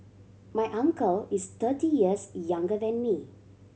my uncle is thirty years younger than me